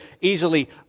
easily